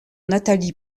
natalie